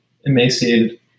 emaciated